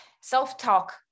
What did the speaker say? self-talk